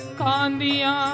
kandiya